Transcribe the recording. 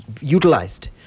utilized